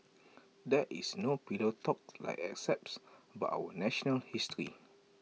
there is no pillow talk like excepts about our national history